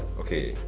okay,